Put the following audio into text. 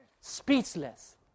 Speechless